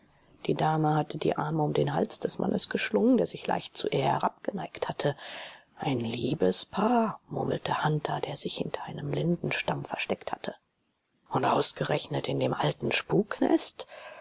die dame hatte die arme um den hals des mannes geschlungen der sich leicht zu ihr herabgeneigt hatte ein liebespaar murmelte hunter der sich hinter einem lindenstamm versteckt hatte und ausgerechnet in dem alten spuknest